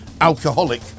alcoholic